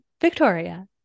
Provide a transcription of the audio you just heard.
Victoria